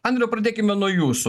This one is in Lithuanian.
andriau pradėkime nuo jūsų